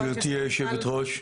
חה"כ מיכל רוזין.